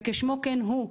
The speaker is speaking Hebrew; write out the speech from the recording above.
וכשמו כן הוא.